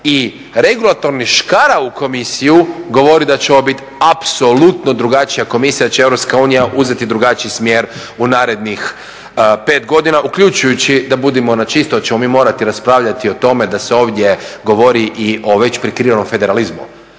i regulatornih škara u Komisiju govori da će ovo biti apsolutno drugačija Komisija, da će Europska unija uzeti drugačiji smjer u narednih pet godina uključujući da budemo na čisto hoćemo li mi morati raspravljati o tome da se ovdje govori i o već prikrivenom federalizmu